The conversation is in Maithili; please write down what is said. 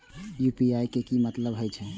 यू.पी.आई के की मतलब हे छे?